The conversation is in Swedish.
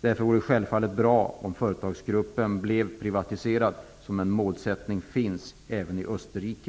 Därför vore det självfallet bra om företagsgruppen blev privatiserad. Även i Österrike finns denna målsättning.